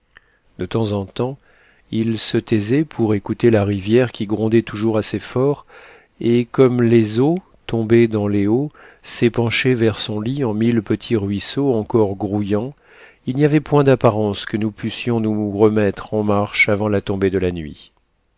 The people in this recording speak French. de temps en temps il se taisait pour écouter la rivière qui grondait toujours assez fort et comme les eaux tombées dans les hauts s'épanchaient vers son lit en mille petits ruisseaux encore grouillants il n'y avait point d'apparence que nous pussions nous remettre en marche avant la tombée de la nuit